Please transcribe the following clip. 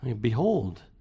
Behold